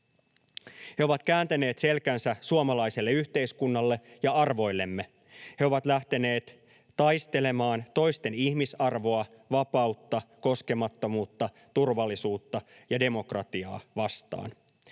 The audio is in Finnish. He ovat kääntäneet selkänsä suomalaiselle yhteiskunnalle ja arvoillemme. He ovat lähteneet taistelemaan toisten ihmisarvoa, vapautta, koskemattomuutta, turvallisuutta ja demokratiaa vastaan.